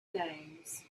names